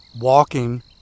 walking